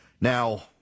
Now